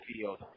field